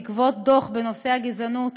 בעקבות דוח בנושא הגזענות